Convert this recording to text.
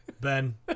Ben